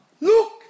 Look